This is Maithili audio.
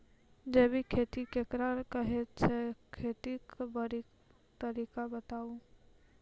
जैबिक खेती केकरा कहैत छै, खेतीक तरीका बताऊ?